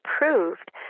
approved